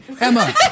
Emma